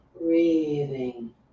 Breathing